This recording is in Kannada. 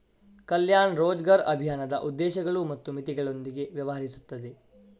ಕಲ್ಯಾಣ್ ರೋಜ್ಗರ್ ಅಭಿಯಾನದ ಉದ್ದೇಶಗಳು ಮತ್ತು ಮಿತಿಗಳೊಂದಿಗೆ ವ್ಯವಹರಿಸುತ್ತದೆ